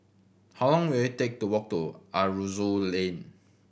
how long will it take to walk to Aroozoo Lane